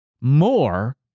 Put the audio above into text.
more